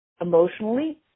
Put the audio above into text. emotionally